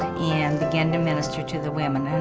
and began to minister to the women. and